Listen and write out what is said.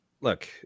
Look